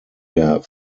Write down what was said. der